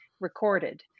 recorded